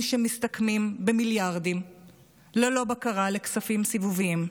שמסתכמים במיליארדים ללא בקרה לכספים סיבוביים,